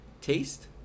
taste